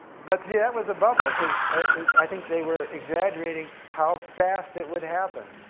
but see, that was a bubble because i think they were exaggerating how fast it would happen